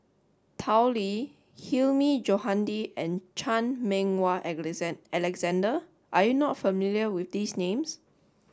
Tao Li Hilmi Johandi and Chan Meng Wah Alexander are you not familiar with these names